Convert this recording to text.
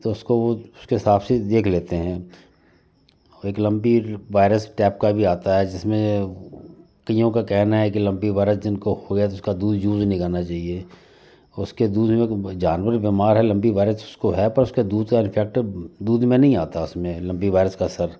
तो उसको वो उसके हिसाब से देख लेते हैं एक वायरस टाइप का भी आता है जिसमें कइयों का कहना है कि लंपी वायरस जिनको हो गया उसका दूध यूज नहीं करना चाहिए उसके दूध में क जानवर बीमार है लंपी वायरस उसको है पर उसके दूध का रिफेक्टिव दूध में नहीं आता उसमें लंपी वायरस का असर